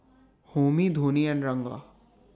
Homi Dhoni and Ranga